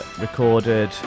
recorded